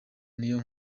niyo